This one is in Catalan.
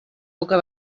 boca